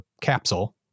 capsule